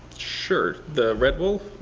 sure, the red wolf,